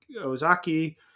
Ozaki